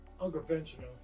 unconventional